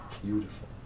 Beautiful